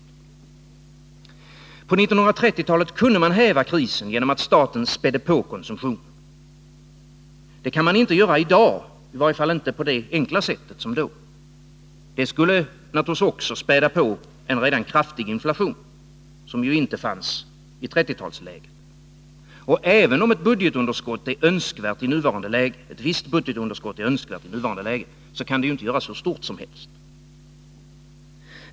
På 1930-talet kunde man häva krisen genom att staten spädde på konsumtionen. Det kan man inte göra i dag, i varje fall inte på samma enkla sätt. Det skulle naturligtvis späda på också en redan kraftig inflation, som ju inte fanns på 1930-talet. Och även om ett visst budgetunderskott är önskvärt i nuvarande läge, kan det inte göras hur stort som helst.